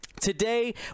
Today